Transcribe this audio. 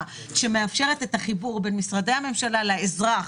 שמאפשרת את החיבור בין משרדי הממשלה לאזרח.